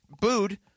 booed